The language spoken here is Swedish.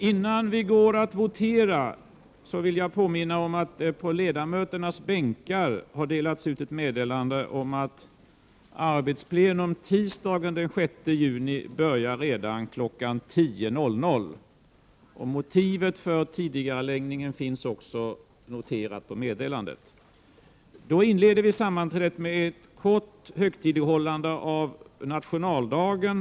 Innan vi går att votera vill jag påminna om att det på ledamöternas bänkar har delats ut ett meddelande om att arbetsplenum tisdagen den 6 juni börjar redan kl. 10.00. Motivet för tidigareläggningen finns också noterat i meddelandet. Sammanträdet inleds med ett kort högtidlighållande av nationaldagen.